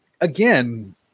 Again